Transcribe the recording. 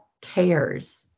cares